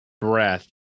breath